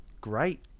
great